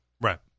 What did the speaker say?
Right